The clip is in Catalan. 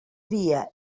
dia